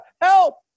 Help